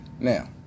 Now